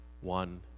one